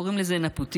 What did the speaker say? קוראים לזה נפוטיזם.